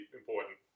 important